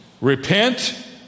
repent